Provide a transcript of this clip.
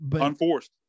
Unforced